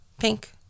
pink